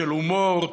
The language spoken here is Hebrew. של הומור.